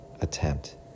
attempt